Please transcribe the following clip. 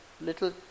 little